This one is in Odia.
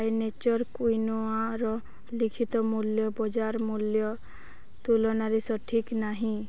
ବାଇ ନେଚର୍ କ୍ୱିନୋଆର ଲିଖିତ ମୂଲ୍ୟ ବଜାର ମୂଲ୍ୟ ତୁଳନାରେ ସଠିକ୍ ନାହିଁ